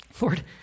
Lord